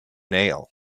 nail